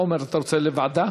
עמר, אתה רוצה לוועדה?